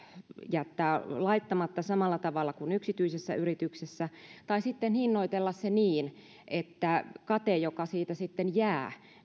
jättää laittamatta samalla tavalla kuin yksityisessä yrityksessä tai sitten hinnoitella se niin että kate joka siitä sitten jää